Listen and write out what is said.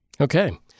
Okay